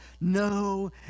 no